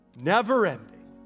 never-ending